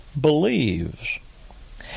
believes